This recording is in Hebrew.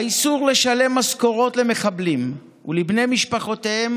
האיסור לשלם משכורות למחבלים ולבני משפחותיהם